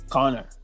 Connor